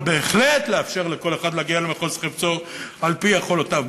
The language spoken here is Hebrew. אבל בהחלט לאפשר לכל אחד להגיע למחוז חפצו על-פי יכולותיו,